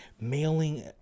mailing